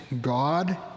God